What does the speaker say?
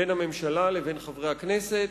בין הממשלה לבין חברי הכנסת,